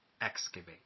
excavate